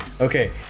okay